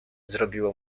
zrobiło